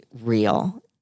real